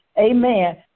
Amen